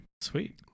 sweet